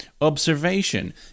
observation